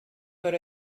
got